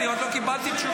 אני עוד לא קיבלתי תשובה.